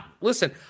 listen